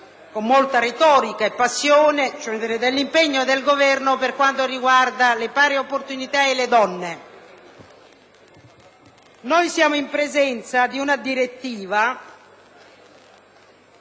con molta retorica e passione, cioè l'impegno del Governo per quanto riguarda le pari opportunità e le donne. Siamo in presenza di una direttiva